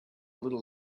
little